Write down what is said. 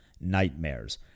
nightmares